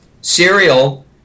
cereal